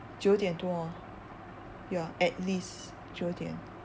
九点多 ya at least 九点